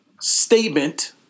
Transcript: statement